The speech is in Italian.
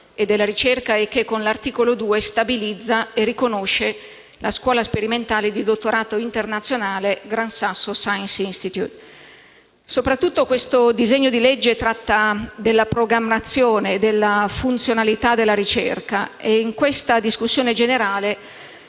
e della ricerca, che con l'articolo 2 stabilizza e riconosce la Scuola sperimentale di dottorato internazionale Gran Sasso Science Institute. Questo disegno di legge tratta della programmazione e della funzionalità della ricerca e in questa discussione generale